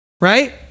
right